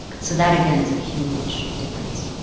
so that, again, is a huge difference.